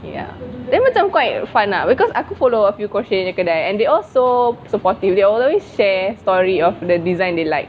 ya then macam quite fun lah because aku follow a few crochet punya kedai and they all so supportive they always share story of the design they like